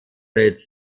its